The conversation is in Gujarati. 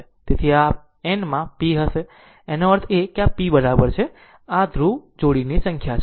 તેથી આ n માં p હશે એનો અર્થ એ કે p આ બરાબર છે આ ધ્રુવ જોડીની સંખ્યા છે